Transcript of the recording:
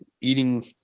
eating